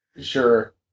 Sure